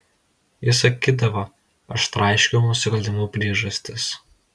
jis sakydavo aš traiškau nusikaltimų priežastis